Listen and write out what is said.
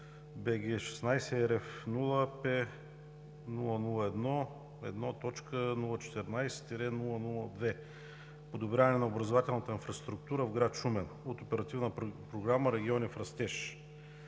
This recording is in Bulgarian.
„BG16RF0P001-1.014-002 „Подобряване на образователната инфраструктура в град Шумен“ от Оперативна програма „Региони в растеж